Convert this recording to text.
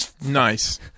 Nice